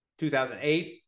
2008